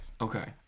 Okay